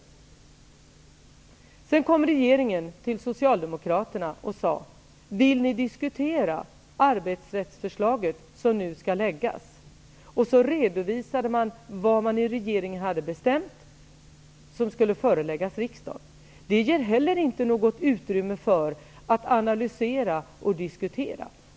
Sedan kom regeringen till socialdemokraterna och sade: Vill ni diskutera arbetsrättsförslaget som nu skall läggas fram? Så redovisade man vad man i regeringen hade bestämt och som skulle föreläggas riksdagen. Det ger inte heller något utrymme för att analysera och diskutera frågan.